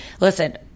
listen